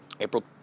April